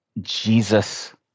Jesus